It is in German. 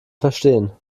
verstehen